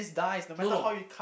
no no